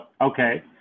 okay